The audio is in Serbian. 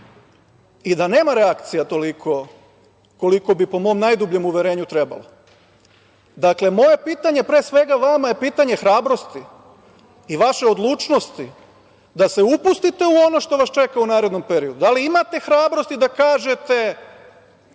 i da nema reakcija toliko koliko bi, po mom najdubljem uverenju, trebalo. Dakle, moje pitanje, pre svega vama, je pitanje hrabrosti i vaše odlučnosti da se upustite u ono što vas čeka u narednom periodu. Da li imate hrabrosti da kažete